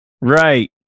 right